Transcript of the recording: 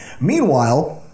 Meanwhile